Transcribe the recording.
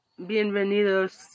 Bienvenidos